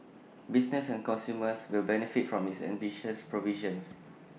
business and consumers will benefit from its ambitious provisions